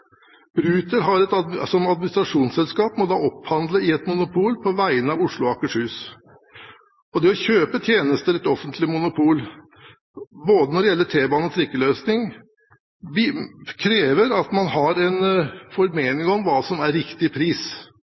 Oslo og Akershus. Det å kjøpe tjenester i et offentlig monopol, både når det gjelder T-bane og trikkeløsning, krever at man har en formening om hva som er riktig pris.